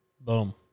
Boom